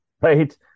right